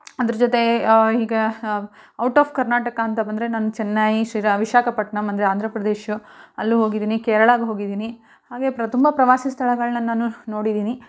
ಅದ್ರ ಜೊತೆ ಹೀಗೆ ಹ ಔಟ್ ಆಫ್ ಕರ್ನಾಟಕ ಅಂತ ಬಂದರೆ ನಾನು ಚೆನ್ನೈ ಶ್ರೀರ ವಿಶಾಖಪಟ್ಟಣಮ್ ಮಂದಿರ ಆಂಧ್ರ ಪ್ರದೇಶ ಅಲ್ಲೂ ಹೋಗಿದಿನಿ ಕೇರಳಗೆ ಹೋಗಿದ್ದೀನಿ ಹಾಗೆ ಪ್ರ ತುಂಬ ಪ್ರವಾಸಿ ಸ್ಥಳಗಳನ್ನ ನಾನು ನೋಡಿದ್ದೀನಿ